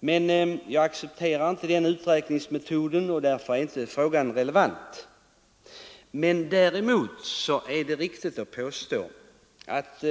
Men jag accepterar inte den uträkningsmetoden och därför är frågan inte relevant. Däremot är det riktigt att påstå att